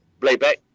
playback